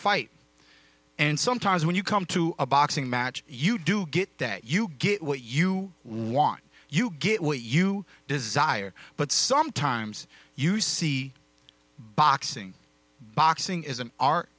fight and sometimes when you come to a boxing match you do get that you get what you want you get what you desire but sometimes you see boxing boxing is an art